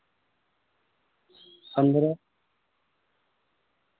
پندرہ